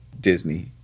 Disney